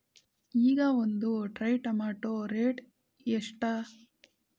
ಈಗ ಒಂದ್ tray tomato rate ಎಷ್ಟ?